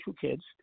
kids